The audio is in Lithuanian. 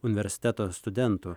universiteto studentų